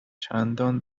چندان